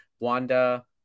Wanda